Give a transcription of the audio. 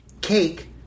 cake